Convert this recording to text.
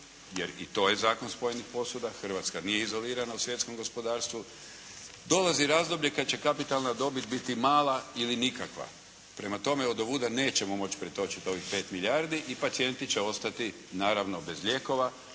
jer i to je zakon spojenih posuda, Hrvatska nije izolirana u svjetskom gospodarstvu. Dolazi razdoblje kada će kapitalna dobiti biti mala ili nikakva, prema tome odovuda nećemo moći pretočiti ovih 5 milijardi i pacijenti će ostati naravno bez lijekova,